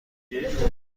گیرم